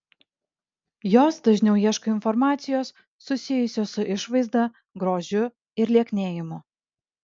jos dažniau ieško informacijos susijusios su išvaizda grožiu ir lieknėjimu